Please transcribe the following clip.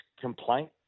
complaint